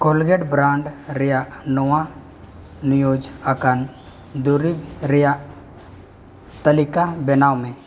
Colgate brand ᱨᱮᱭᱟᱜ ᱱᱚᱣᱟ ᱱᱤᱭᱩᱡᱽ ᱟᱠᱟᱱ ᱫᱩᱨᱤᱵᱽ ᱨᱮᱭᱟᱜ ᱛᱟᱹᱞᱤᱠᱟ ᱵᱮᱱᱟᱣ ᱢᱮ